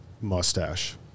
mustache